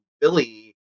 Billy